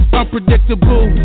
unpredictable